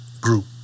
group